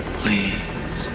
please